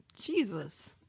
jesus